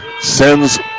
sends